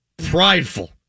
Prideful